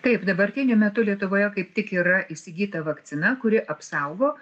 taip dabartiniu metu lietuvoje kaip tik yra įsigyta vakcina kuri apsaugo